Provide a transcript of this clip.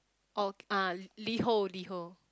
oh ah Liho Liho